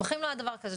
בחיים לא היה דבר כזה,